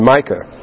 Micah